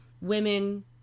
women